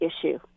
issue